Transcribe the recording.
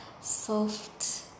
Soft